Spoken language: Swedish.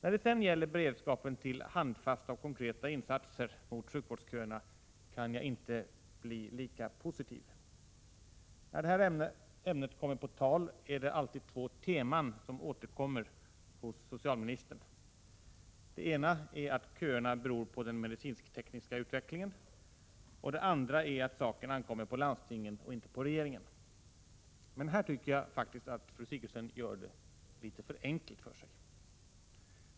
Beträffande beredskapen för handfasta och konkreta insatser mot sjukvårdsköerna kan jag inte vara lika positiv. När det här ämnet kommer på tal är det alltid två teman som socialministern tar upp. Det ena är att köerna beror på den medicintekniska utvecklingen. Det andra är att saken ankommer på landstingen och inte på regeringen. Men här tycker jag faktiskt att fru Sigurdsen gör det litet för enkelt för sig.